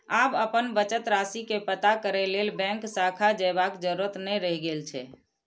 आब अपन बचत राशि के पता करै लेल बैंक शाखा जयबाक जरूरत नै रहि गेल छै